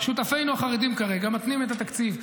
ששותפינו החרדים כרגע מתנים את התקציב.